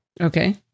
Okay